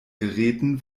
geräten